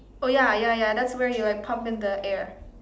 oh ya ya ya that's where you like pump in the air